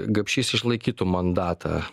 gapšys išlaikytų mandatą